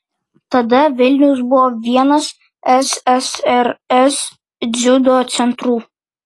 tada vilnius buvo vienas ssrs dziudo centrų